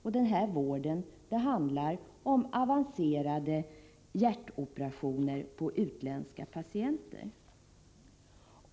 Och vården handlar om avancerade hjärtoperationer på utländska patienter.